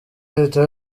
leta